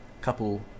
couple